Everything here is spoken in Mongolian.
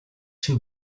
чинь